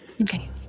okay